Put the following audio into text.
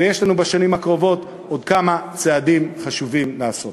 ויש לנו בשנים הקרובות עוד כמה צעדים חשובים לעשות.